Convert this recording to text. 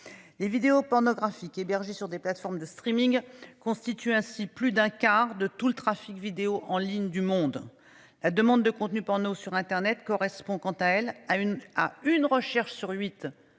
les vidéos pornographiques hébergés sur des plateformes de streaming constitue ainsi plus d'un quart de tout le trafic vidéo en ligne du monde. La demande de contenus pornos sur Internet correspond quant à elle à une à une recherche sur huit